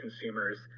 consumers